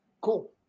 cool